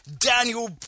Daniel